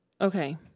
Okay